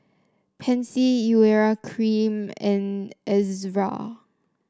Pansy Urea Cream and Ezerra